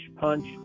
punch